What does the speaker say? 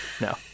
No